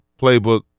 playbook